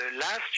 last